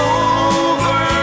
over